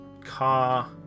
car